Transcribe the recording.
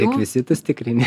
rekvizitus tikrina